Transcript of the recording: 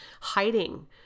hiding